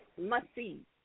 must-see